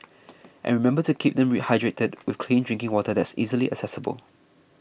and remember to keep them hydrated with clean drinking water that's easily accessible